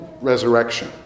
resurrection